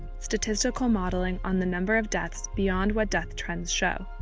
statistical modeling on the number of deaths beyond what death trends show.